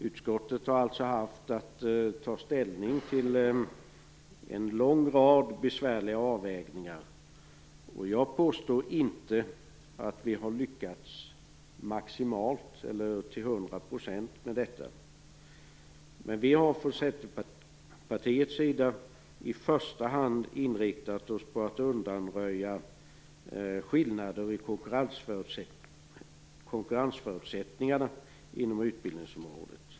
Utskottet har alltså haft att ta ställning till en lång rad besvärliga avvägningar. Jag påstår inte att vi har lyckats till hundra procent med detta. Vi i Centerpartiet har i första hand inriktat oss på att undanröja skillnader i konkurrensförutsättningarna inom utbildningsområdet.